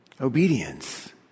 Obedience